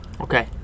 Okay